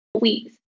weeks